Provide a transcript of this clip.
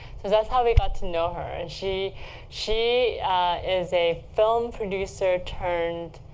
so that's how they got to know her. and she she is a film producer turned,